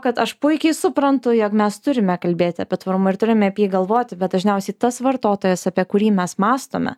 kad aš puikiai suprantu jog mes turime kalbėti apie tvarumą ir turime apie jį galvoti bet dažniausiai tas vartotojas apie kurį mes mąstome